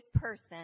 person